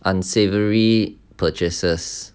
unsavoury purchases